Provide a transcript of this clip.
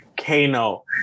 Kano